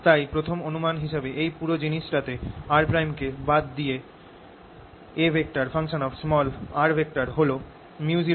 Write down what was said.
তাহলে প্রথম অনুমান হিসাবে এই পুরো জিনিস টাতে r কে বাদ দিয়ে A হল µ0I4πds